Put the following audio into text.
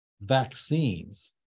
vaccines